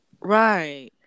Right